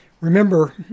Remember